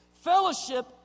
fellowship